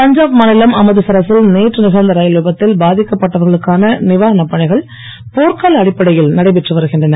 பஞ்சாப் மாநிலம் அமிர்தசரசில் நேற்று நிகழ்ந்த ரயில் விபத்தில் பாதிக்கப் பட்டவர்களுக்கான நீவாரணப் பணிகள் போர்க்கால அடிப்படையில் நடைபெற்று வருகின்றன